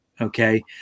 Okay